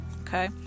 okay